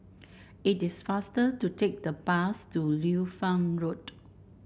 it is faster to take the bus to Liu Fang Road